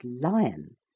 lion